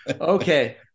Okay